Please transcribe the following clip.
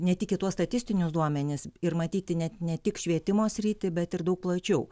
ne tik į tuos statistinius duomenis ir matyti net ne tik švietimo sritį bet ir daug plačiau